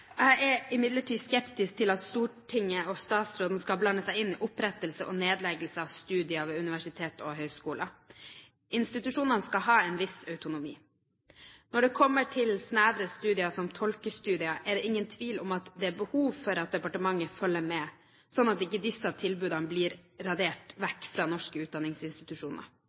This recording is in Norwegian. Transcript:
Jeg er imidlertid skeptisk til at Stortinget og statsråden skal blande seg inn i opprettelse og nedleggelse av studier ved universiteter og høyskoler. Institusjonene skal ha en viss autonomi. Når det kommer til snevre studier som tolkestudier, er det ingen tvil om at det er behov for at departementet følger med, slik at ikke disse tilbudene blir radert vekk fra norske utdanningsinstitusjoner.